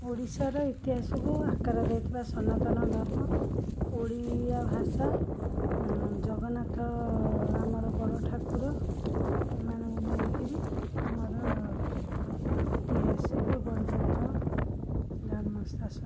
ଓଡ଼ିଶାର ଇତିହାସକୁ ଆକାର ଦେଇଥିବା ସନାତନ ଧର୍ମ ଓଡ଼ିଆ ଭାଷା ଜଗନ୍ନାଥ ଆମ ବଡ଼ ଠାକୁର ଏମାନଙ୍କୁ ନେଇ କରି ଆମର ଇତିହାସକୁ ଗଡ଼ଜାତ ଧର୍ମ ଶାସନ